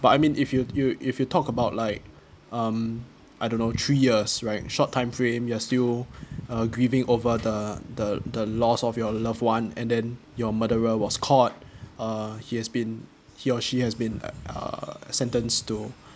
but I mean if you you if you talk about like um I don't know three years right short time frame you are still uh grieving over the the the loss of your loved ones and then your murderer was caught uh he has been he or she has been uh sentenced to